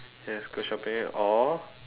yes go shopping or